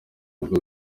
bigo